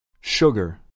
Sugar